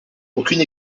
aucune